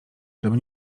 żeby